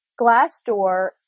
Glassdoor